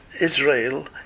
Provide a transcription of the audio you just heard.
Israel